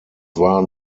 waren